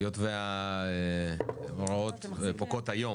היות וההוראות פוקעות היום.